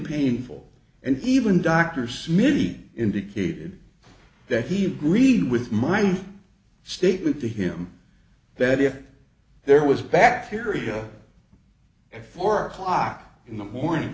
painful and even dr smitty indicated that he green with my own statement to him that if there was bacteria at four o'clock in the morning